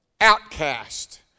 outcast